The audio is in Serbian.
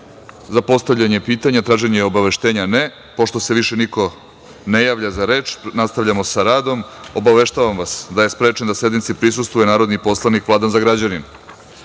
za postavljanje pitanja, traženje obaveštenja? (Ne)Pošto se više niko ne javlja za reč, nastavljamo sa radom. Obaveštavam vas da je sprečen da sednici prisustvuje narodni poslanik Vladan Zagrađanin. Dostavljen